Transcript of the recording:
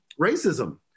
racism